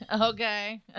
Okay